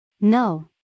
No